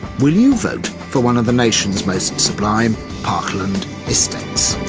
will you vote for one of the nation's most sublime parkland estates?